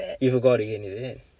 you forgot again is it